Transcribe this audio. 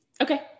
Okay